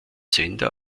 sender